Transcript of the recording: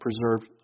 preserved